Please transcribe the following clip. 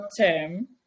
term